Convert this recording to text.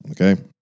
Okay